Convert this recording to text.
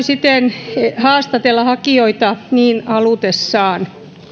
siten haastatella hakijoita niin halutessaan